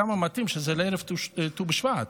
כמה מתאים שזה לערב ט"ו בשבט,